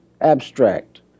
abstract